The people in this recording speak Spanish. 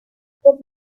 get